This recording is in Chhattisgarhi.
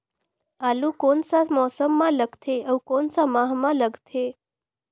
आलू कोन सा मौसम मां लगथे अउ कोन सा माह मां लगथे?